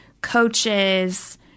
coaches